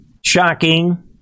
shocking